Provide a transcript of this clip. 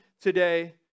today